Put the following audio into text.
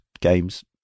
games